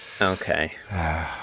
Okay